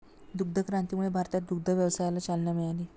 दुग्ध क्रांतीमुळे भारतात दुग्ध व्यवसायाला चालना मिळाली